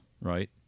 right